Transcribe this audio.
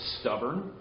stubborn